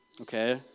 Okay